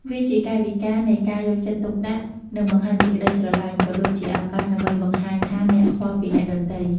វាជាកាយវិការនៃការយកចិត្តទុកដាក់ និងបង្ហាញពីក្ដីស្រលាញ់ ក៏ដូចជាឱកាសដើម្បីបង្ហាញថាអ្នកខ្វល់ពីអ្នកដទៃ។